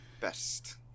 best